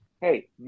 Hey